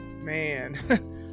man